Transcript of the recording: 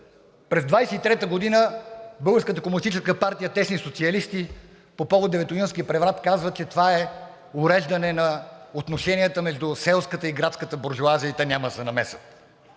през 1923 г. Българската комунистическа партия (тесни социалисти) по повод Деветоюнския преврат казва, че това е уреждане на отношенията между селската и градската буржоазия и те няма да се намесят.